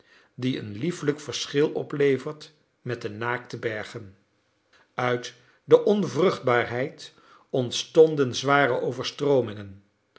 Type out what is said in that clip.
die een lieflijk verschil oplevert met de naakte bergen uit de onvruchtbaarheid ontstonden zware overstroomingen